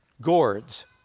gourds